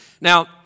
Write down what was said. Now